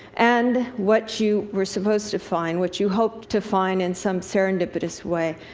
and what you were supposed to find, what you hoped to find in some serendipitous way,